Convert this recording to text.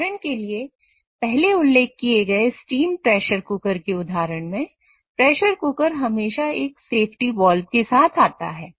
उदाहरण के लिए पहले उल्लेख किए गए स्टीम प्रेशर कुकर के उदाहरण मेंप्रेशर कुकर हमेशा एक सेफ्टी वाल्व के साथ आता है